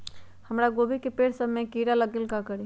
हमरा गोभी के पेड़ सब में किरा लग गेल का करी?